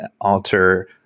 alter